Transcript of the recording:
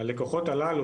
הלקוחות הללו,